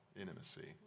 intimacy